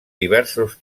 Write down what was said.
diversos